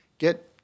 Get